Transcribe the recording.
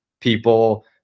people